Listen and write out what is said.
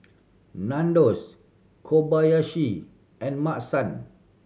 Nandos Kobayashi and Maki San